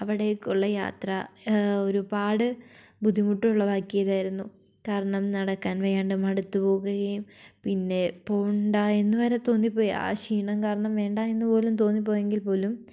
അവിടേക്കുള്ള യാത്ര ഒരുപാട് ബുദ്ധിമുട്ടുളവാക്കിയതായിരുന്നു കാരണം നടക്കാൻ വേണ്ട മടുത്തുപോകുകയും പിന്നെ പോകേണ്ടയെന്ന് വരെ തോന്നിപ്പോയി ആ ക്ഷീണം കാരണം വേണ്ടയെന്ന് പോലും തോന്നിപ്പോയെങ്കിൽപ്പോലും